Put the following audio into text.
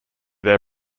their